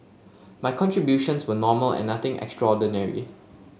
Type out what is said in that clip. my contributions were normal and nothing extraordinary